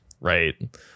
right